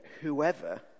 whoever